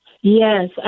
Yes